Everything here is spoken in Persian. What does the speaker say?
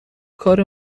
کار